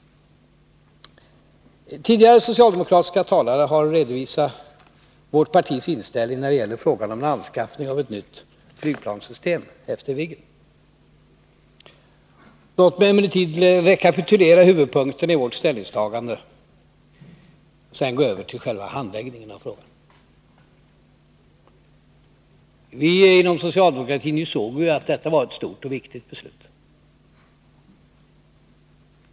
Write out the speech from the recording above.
Tidigare socialdemokratiska talare har redovisat vårt partis inställning när det gäller frågan om anskaffning av ett nytt flygplanssystem efter Viggen. Låt mig emellertid rekapitulera huvudpunkterna i vårt ställningstagande och sedan gå över till själva handläggningen av frågan. Inom socialdemokratin insåg vi att detta var ett stort och viktigt beslut.